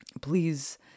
please